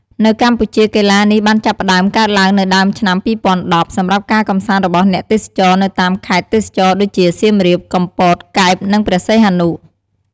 នៅកម្ពុជា កីឡានេះបានចាប់ផ្ដើមកើតឡើងនៅដើមឆ្នាំ ២០១០ សម្រាប់ការកម្សាន្តរបស់អ្នកទេសចរនៅតាមខេត្តទេសចរណ៍ដូចជា សៀមរាប កំពត កែប និងព្រះសីហនុ។